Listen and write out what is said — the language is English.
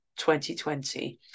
2020